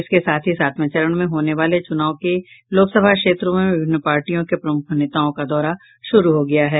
इसके साथ ही सातवें चरण में होने वाले चुनाव के लोकसभा क्षेत्रों में विभिन्न पार्टियों के प्रमुख नेताओं का दौरा शुरू हो गया है